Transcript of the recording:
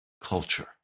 culture